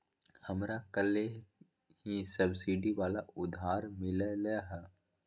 हमरा कलेह ही सब्सिडी वाला उधार मिल लय है